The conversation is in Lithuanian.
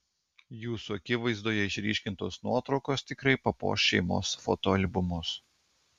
jūsų akivaizdoje išryškintos nuotraukos tikrai papuoš šeimos fotoalbumus